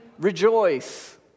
rejoice